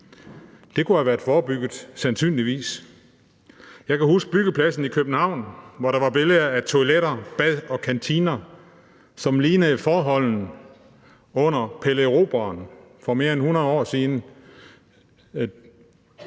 have været forebygget. Jeg kan huske byggepladsen i København, hvor der var billeder af toiletter, bad og kantiner, som lignede forholdene under Pelle Erobreren for mere end 100 år siden.